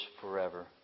forever